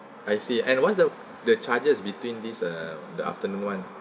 I see and what's the the charges between this uh the afternoon [one]